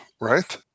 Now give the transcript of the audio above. Right